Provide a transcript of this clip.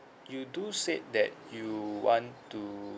you do said that you want to